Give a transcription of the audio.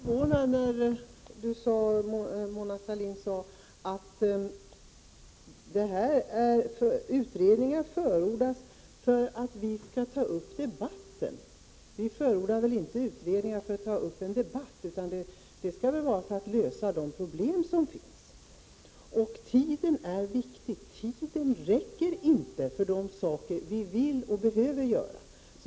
Fru talman! Jag blev förvånad när Mona Sahlin sade att man förordar en utredning för att debatten skall tas upp. Vi förordar väl inte utredningar för att ta upp en debatt! De skall väl vara till för att lösa de problem som finns. Tiden är viktig. Den räcker inte till för de saker vi vill och behöver göra.